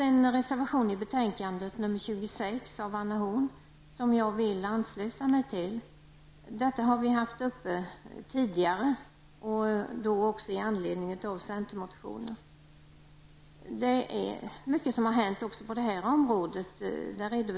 Det gäller kravet på en analys av ensamarbetets problem. Detta har vi haft uppe tidigare i anledning av centermotion. Mycket har hänt också på detta område.